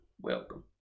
welcome